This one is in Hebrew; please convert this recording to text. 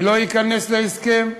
אני לא אכנס להסכם,